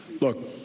look